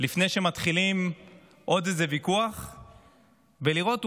לפני שמתחילים עוד איזה ויכוח ולראות,